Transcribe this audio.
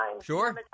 Sure